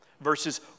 verses